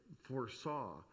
foresaw